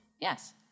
Yes